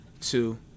two